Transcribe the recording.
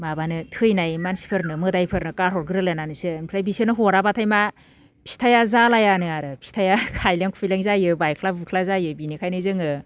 माबानो थैनाय मानसिफोरनो मोदाइफोरनो गाहर ग्रोलायनानैसो ओमफ्राय बिसोरनो हराब्लाथाय मा फिथाया जालायानो आरो फिथाया खायलें खुइलें जायो बालख्ला बुइख्ला जायो बिनिखायनो जोङो